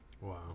Wow